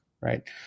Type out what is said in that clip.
Right